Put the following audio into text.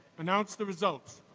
announce the results.